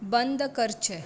बंद करचें